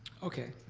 okay,